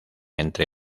entre